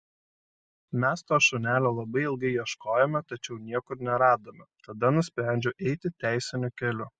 mes to šunelio labai ilgai ieškojome tačiau niekur neradome tada nusprendžiau eiti teisiniu keliu